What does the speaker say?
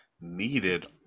needed